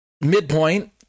Midpoint